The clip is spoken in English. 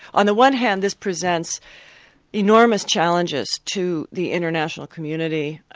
on the one hand this presents enormous challenges to the international community,